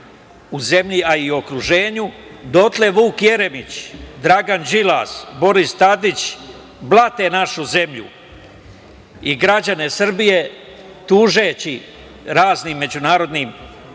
u zemlji, a i okruženju, dotle Vuk Jeremić, Dragan Đilas, Boris Tadić blate našu zemlju i građane Srbije, tužeći raznim tzv. međunarodnim